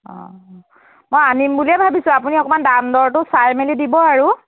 অঁ মই আনিম বুলিয়েই ভাবিছোঁ আপুনি অকণমান দাম দৰটো চাই মেলি দিব আৰু